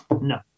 No